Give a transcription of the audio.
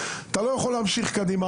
אתה לא יכול להמשיך קדימה.